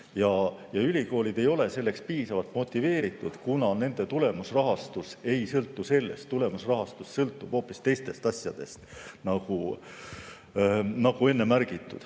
Ülikoolid ei ole selleks piisavalt motiveeritud, kuna nende tulemusrahastus ei sõltu sellest. Tulemusrahastus sõltub hoopis teistest asjadest, nagu enne märgitud.